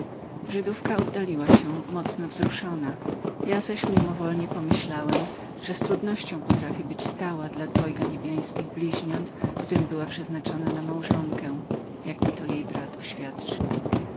żydówka oddaliła się mocno wzruszona ja zaś mimowolnie pomyślałem że z trudnością potrafi być stałą dla dwojga niebiańskich bliźniąt którym była przeznaczoną za małżonkę jak mi to jej brat oświadczył